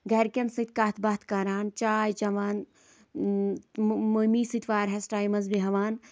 گَرِکیٚن سۭتۍ کَتھ باتھ کران چاے چٮ۪وان مٔمی سۭتۍ واریاہَس ٹایِمَن بہوان